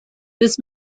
this